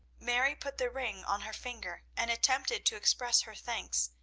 mary put the ring on her finger and attempted to express her thanks,